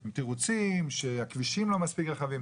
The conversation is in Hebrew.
עם תירוצים, שהכבישים לא מספיק רחבים.